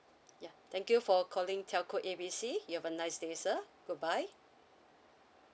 ya thank you for calling telco A B C you have a nice day sir bye bye